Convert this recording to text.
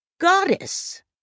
goddess